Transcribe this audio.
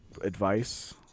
advice